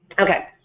okay,